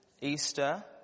Easter